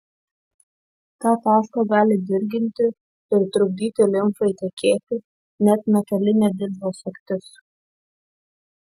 tą tašką gali dirginti ir trukdyti limfai tekėti net metalinė diržo sagtis